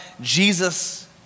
Jesus